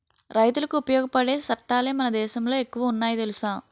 రైతులకి ఉపయోగపడే సట్టాలే మన దేశంలో ఎక్కువ ఉన్నాయి తెలుసా